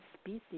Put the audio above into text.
species